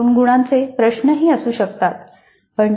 दोन गुणांचे प्रश्नही असू शकतात